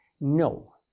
No